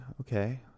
okay